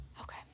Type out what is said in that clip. Okay